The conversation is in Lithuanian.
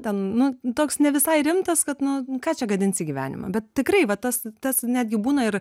ten nu toks nevisai rimtas kad nu ką čia gadinsi gyvenimą bet tikrai va tas tas netgi būna ir